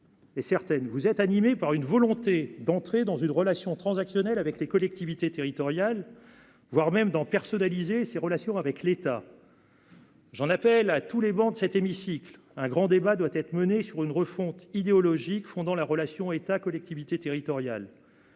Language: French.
Et certaines vous êtes animé par une volonté d'entrer dans une relation transactionnelle avec les collectivités territoriales, voir même d'en personnaliser ses relations avec l'État. J'en appelle à tous les bancs de cet hémicycle, un grand débat doit être mené sur une refonte idéologique fondant la relation État, collectivités territoriales,